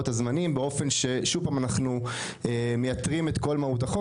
הזמנים באופן שבו אנחנו מייתרים את כל מהות החוק,